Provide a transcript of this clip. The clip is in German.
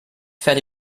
fährt